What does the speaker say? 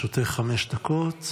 לרשותך חמש דקות.